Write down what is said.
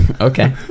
Okay